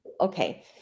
okay